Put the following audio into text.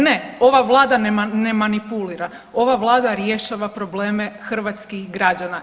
Ne, ova vlada ne manipulira, ova vlada rješava probleme hrvatskih građana.